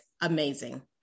amazing